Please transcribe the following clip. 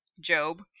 Job